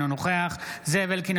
אינו נוכח זאב אלקין,